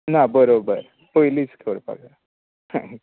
ना बरोबर पयलींच करपाक जाय